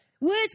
Words